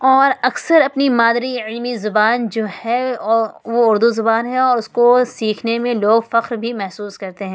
اور اکثر اپنی مادری علمی زبان جو ہے وہ اردو زبان ہے اور اس کو سیکھنے میں لوگ فخر بھی محسوس کرتے ہیں